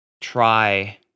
try